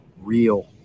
real